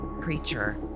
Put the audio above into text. Creature